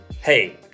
hey